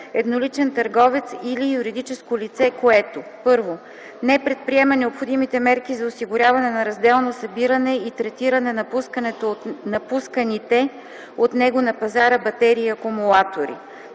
едноличен търговец или юридическо лице, което: 1. не предприема необходимите мерки за осигуряване на разделно събиране и третиране на пусканите от него на пазара батерии и акумулатори;